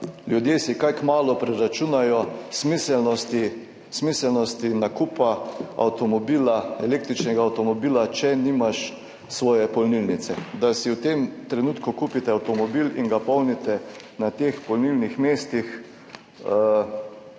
Ljudje si kaj kmalu preračunajo smiselnost nakupa električnega avtomobila, če nimajo svoje polnilnice. Da si v tem trenutku kupite avtomobil in ga polnite na teh polnilnih mestih,